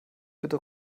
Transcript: bitte